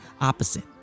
opposite